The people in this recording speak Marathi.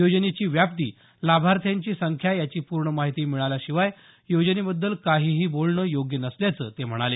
योजनेची व्याप्ती लाभार्थ्यांची संख्या याची पूर्ण माहिती मिळाल्याशिवाय योजनेबद्दल काहीही बोलणं योग्य नसल्याचं ते म्हणाले